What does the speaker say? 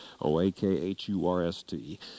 O-A-K-H-U-R-S-T